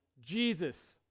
Jesus